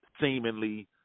seemingly